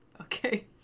Okay